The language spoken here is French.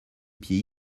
pieds